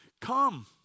Come